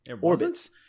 Orbits